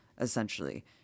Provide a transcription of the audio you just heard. essentially